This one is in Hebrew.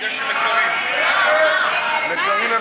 ההצעה להעביר את הנושא